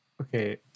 okay